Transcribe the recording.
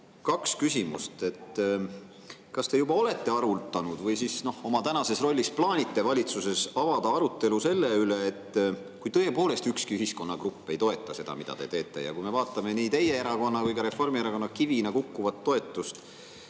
kaks küsimust. Kas te olete juba arutanud või oma tänases rollis plaanite avada valitsuses arutelu selle üle, et kui tõepoolest ükski ühiskonnagrupp ei toeta seda, mida te teete – kui me vaatame nii teie erakonna kui ka Reformierakonna kivina kukkuvat toetust